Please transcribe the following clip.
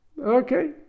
Okay